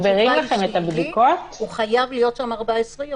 שיגיעו לבתי המאסר והמעצר ולא רק להפך.